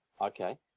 okay